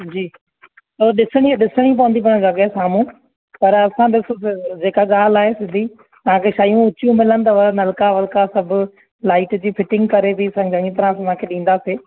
जी उहो ॾिसणी ॾिसणी पवंदी पाण जॻहि साम्हूं पर असां ॾिसो जेका ॻाल्हि आहे सिधी तव्हां खे शयूं ऊचियूं मिलंदव नलका वलका सभु लाइट जी फिटिंग करे बि सभु चङी तरह ॾींदासीं